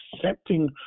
accepting